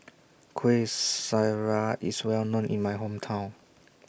Kueh Syara IS Well known in My Hometown